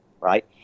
right